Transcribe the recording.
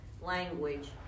language